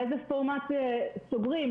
באיזה פורמט סוגרים?